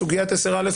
סוגיית 10א',